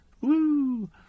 Woo